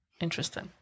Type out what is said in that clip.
Interesting